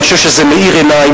אני חושב שזה מאיר עיניים,